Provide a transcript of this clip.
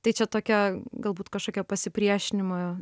tai čia tokia galbūt kažkokio pasipriešinimo